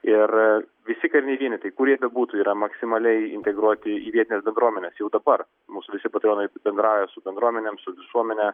ir visi kariniai vienetai kur jie bebūtų yra maksimaliai integruoti į vietines bendruomenes jau dabar mūsų visi batalionai bendrauja su bendruomenėm su visuomene